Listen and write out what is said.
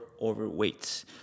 overweight